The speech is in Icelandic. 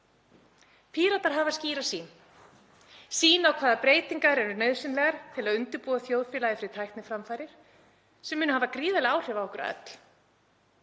Píratar hafa skýra sýn, sýn á hvaða breytingar eru nauðsynlegar til að undirbúa þjóðfélagið fyrir tækniframfarir sem munu hafa gríðarleg áhrif á okkur öll.